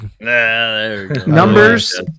numbers